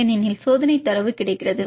ஏனெனில் சோதனை தரவு கிடைக்கிறது